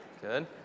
Good